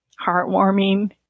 heartwarming